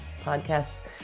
podcasts